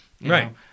right